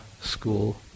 school